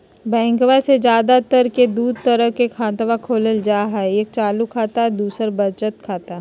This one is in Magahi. बैंकवा मे ज्यादा तर के दूध तरह के खातवा खोलल जाय हई एक चालू खाता दू वचत खाता